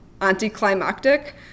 anticlimactic